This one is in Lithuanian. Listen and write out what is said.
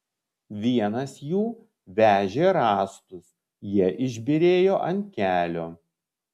vienas jų vežė rąstus jie išbyrėjo ant kelio